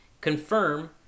confirm